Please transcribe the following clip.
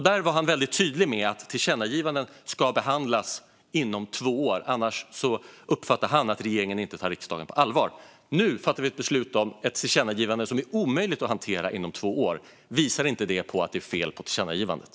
Där var han väldigt tydlig med att tillkännagivanden ska behandlas inom två år - annars uppfattar han att regeringen inte tar riksdagen på allvar. Nu fattar vi beslut om ett tillkännagivande som är omöjligt att hantera inom två år. Visar inte detta på att det är fel på tillkännagivandet?